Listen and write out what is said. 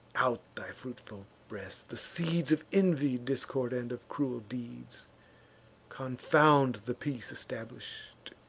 out thy fruitful breast, the seeds of envy, discord, and of cruel deeds confound the peace establish'd,